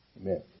Amen